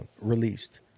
released